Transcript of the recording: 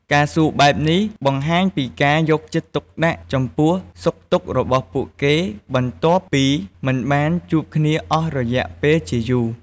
ការសួរបែបនេះ បង្ហាញពីការយកចិត្តទុកដាក់ចំពោះសុខទុក្ខរបស់ពួកគេ បន្ទាប់ពីមិនបានជួបគ្នាអស់រយៈពេលជាយូរ។